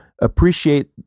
appreciate